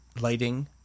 lighting